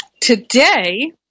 today